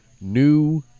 New